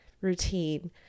routine